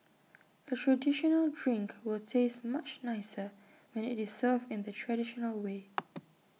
A traditional drink will taste much nicer when IT is served in the traditional way